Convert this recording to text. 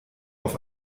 auf